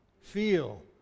feel